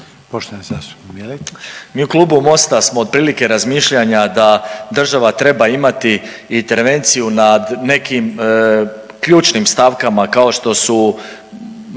Mi u Klubu Mosta smo otprilike razmišljanja da država treba imati intervenciju nad nekim ključnim stavkama kao što su,